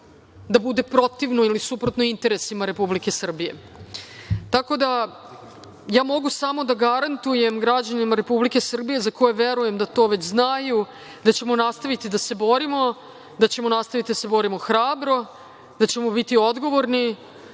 da bude protivno ili suprotno interesima Republike Srbije. Mogu samo da garantujem građanima Republike Srbije, za koje verujem da to već znaju, da ćemo nastaviti da se borimo, da ćemo nastaviti da se borimo hrabro, da ćemo biti odgovorni,